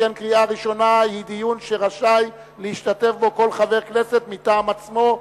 שכן קריאה ראשונה היא דיון שרשאי להשתתף בו כל חבר כנסת מטעם עצמו,